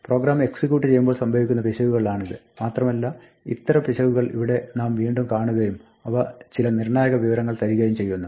programme execute ചെയ്യുമ്പോൾ സംഭവിക്കുന്ന പിശകുകളാണിത് മാത്രമല്ല ഇത്തരം പിശകുകൾ ഇവിടെ നാം വീണ്ടും കാണുകയും അവ ചില നിർണ്ണായക വിവരങ്ങൾ തരികയും ചെയ്യുന്നു